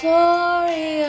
Sorry